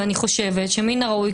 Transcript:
ומן הראוי,